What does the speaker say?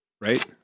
Right